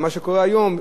ומה שקורה היום,